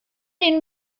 den